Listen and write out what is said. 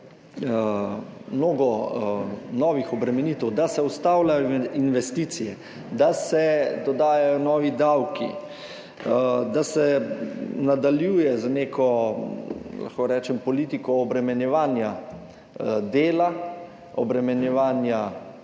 mnogo novih obremenitev, da se ustavljajo investicije, da se dodajajo novi davki, da se nadaljuje z neko, lahko rečem, politiko obremenjevanja dela, obremenjevanja